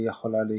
והיא יכולה להקרע.